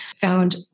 found